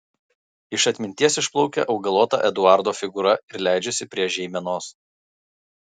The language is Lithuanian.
iš atminties išplaukia augalota eduardo figūra ir leidžiasi prie žeimenos